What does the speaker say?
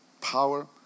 Power